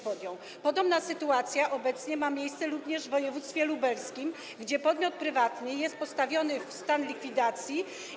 Podobna sytuacja obecnie ma miejsce również w województwie lubelskim, gdzie podmiot prywatny jest postawiony w stan likwidacji.